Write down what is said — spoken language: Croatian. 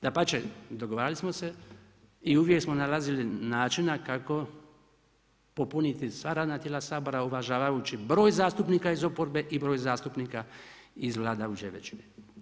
Dapače, dogovarali smo se i uvijek smo nalazili načina kako popuniti sva radna tijela Sabora, uvažavajući broj zastupnika iz oporbe i broj zastupnika iz vladajuće većine.